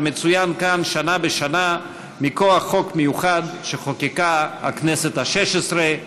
המצוין כאן שנה בשנה מכוח חוק מיוחד שחוקקה הכנסת השש-עשרה.